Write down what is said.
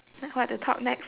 what to talk next